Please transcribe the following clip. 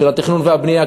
חוק התכנון והבנייה,